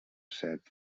set